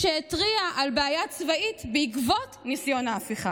שהתריע על בעיה צבאית בעקבות ניסיון ההפיכה,